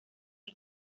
los